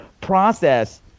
process